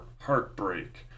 heartbreak